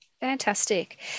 Fantastic